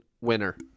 winner